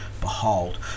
Behold